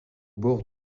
bord